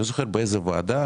אני לא זוכר באיזה ועדה,